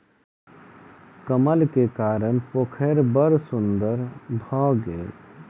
कमल के कारण पोखैर बड़ सुन्दर भअ गेल